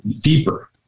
deeper